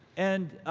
and